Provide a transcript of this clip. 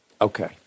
Okay